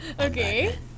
Okay